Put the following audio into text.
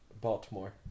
Baltimore